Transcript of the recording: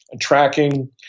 tracking